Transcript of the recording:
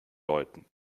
läuten